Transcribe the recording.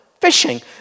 fishing